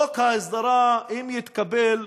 חוק ההסדרה, אם יתקבל,